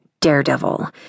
Daredevil